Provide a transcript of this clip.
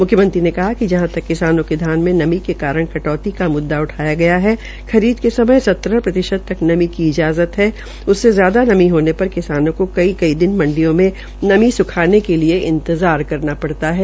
मुख्यमंत्री ने कहा कि जहां तक किसानों के धान में नमी के कारण कटौती का मुददा उठाया गया है खरीद के समय सत्रह प्रतिशत तक नमी की इजाज़त है उससे ज्यादा नमी होने पर किसानों को कई दिन मंडियों में नमी सुखाने के लिए इंतजार करना पड़ता है